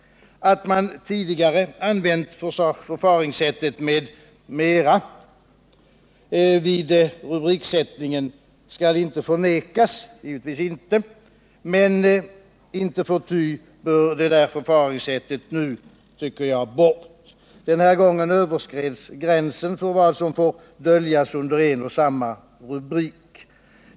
Att man tidigare använt förfaringssättet med ”m.m.” vid rubriksättning skall givetvis inte förnekas, men inte förty bör det förfaringssättet nu bort. Den här gången överskreds gränsen för vad som får döljas under en och samma rubrik.